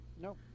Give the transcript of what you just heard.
No